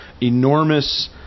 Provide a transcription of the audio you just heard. enormous